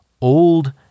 old